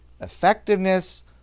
effectiveness